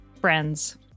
friends